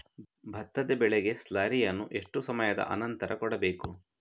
ಭತ್ತದ ಬೆಳೆಗೆ ಸ್ಲಾರಿಯನು ಎಷ್ಟು ಸಮಯದ ಆನಂತರ ಕೊಡಬೇಕು?